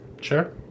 Sure